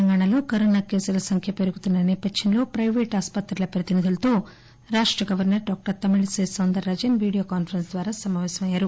తెలంగాణలో కరోనా కేసుల సంఖ్య పెరుగుతున్న నేపథ్యంలో పైవేటు ఆస్పత్రుల ప్రతినిధులతో రాష్ట governor Tamilisai Soundararajan video కాస్ ఫరెస్స్ ద్వారా సమాపేశమయ్యారు